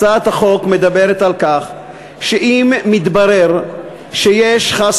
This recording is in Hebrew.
הצעת החוק מדברת על כך שאם מתברר שיש חס